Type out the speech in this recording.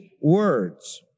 words